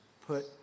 put